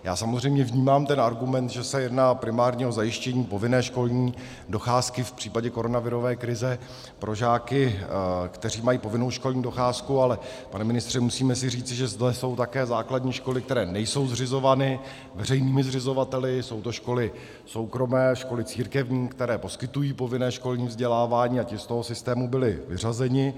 Já samozřejmě vnímám ten argument, že se jedná primárně o zajištění povinné školní docházky v případě koronavirové krize pro žáky, kteří mají povinnou školní docházku, ale, pane ministře, musíme si říci, že zde jsou také základní školy, které nejsou zřizovány veřejnými zřizovateli, jsou to školy soukromé a školy církevní, které poskytují povinné školní vzdělávání, a ty z toho systému byly vyřazeny.